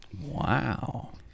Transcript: Wow